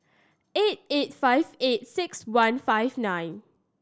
eight eight five eight six one five nine